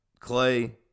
Clay